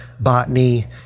botany